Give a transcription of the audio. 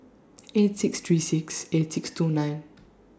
eight six three six eight six two nine